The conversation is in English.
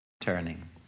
turning